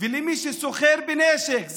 ולמי שסוחר בנשק.